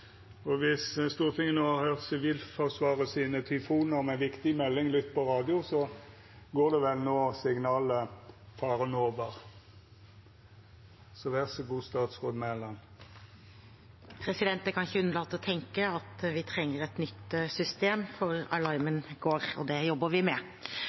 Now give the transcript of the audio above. Stortinget no har høyrt Sivilforsvaret sine tyfonar med «Viktig melding, lytt på radio», går no signalet «Faren over». Jeg kan ikke unnlate å tenke at vi trenger et nytt system for Alarmen går, og det jobber vi med.